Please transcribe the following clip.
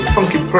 Funky